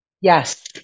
Yes